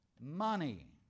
money